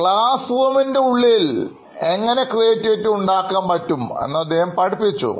ഒരു ക്ലാസ്സുഎൻറെ ഉള്ളിൽ ക്രിയേറ്റിവിറ്റി ഉണ്ടാക്കുവാൻപറ്റും എന്ന് അദ്ദേഹം പഠിപ്പിച്ചു